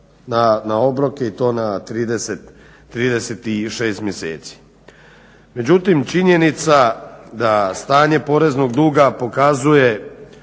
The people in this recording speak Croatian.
na obroke i to na 36 mjeseci. Međutim, činjenica da stanje poreznog duga pokazuje